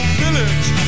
village